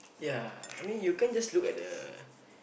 yeah I mean you can't just look at the